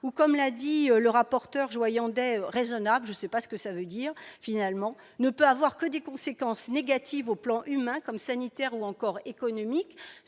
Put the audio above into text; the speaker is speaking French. ou, comme l'a dit le rapporteur Joyandet raisonnable, je sais pas ce que ça veut dire finalement ne peut avoir que des conséquences négatives au plan humain comme ça ni. Claire ou encore économique,